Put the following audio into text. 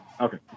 Okay